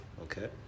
okay